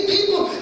People